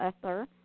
ether